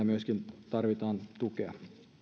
myöskin siellä tarvitaan tukea